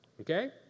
Okay